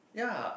ya